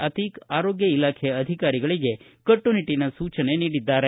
ಅತೀಕ್ ಆರೋಗ್ಯ ಇಲಾಖೆ ಅಧಿಕಾರಿಗಳಿಗೆ ಕಟ್ಟುನಿಟ್ಟಿನ ಸೂಚನೆ ನೀಡಿದ್ದಾರೆ